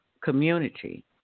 community